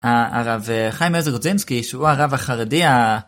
אה, הרב חיים עוזר גרודזנסקי שהוא הרב החרדי ה...